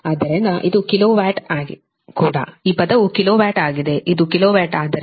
ಆದ್ದರಿಂದ ಇದು kilowatt ಕೂಡ ಈ ಪದವು ಕಿಲೋ ವ್ಯಾಟ್ ಆಗಿದೆ ಇದು ಕಿಲೋ ವ್ಯಾಟ್ ಆದ್ದರಿಂದ ದಕ್ಷತೆ 97